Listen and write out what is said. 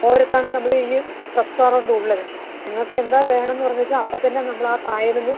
ഓരത്താണ് നമ്മളുടെ ഈ ഒരു റെസ്റ്റോറൻറ്റ് ഉള്ളത് നിങ്ങൾക്ക് എന്താ വേണന്ന് പറഞ്ഞേച്ചാ അപ്പത്തന്നെ നമ്മൾ ആ കായലിന്ന്